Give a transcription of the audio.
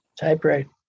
Typewriter